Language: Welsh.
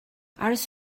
aros